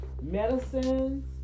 Medicines